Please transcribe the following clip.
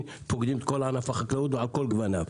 פוגעים בענף החקלאות על כל גווניו.